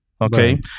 Okay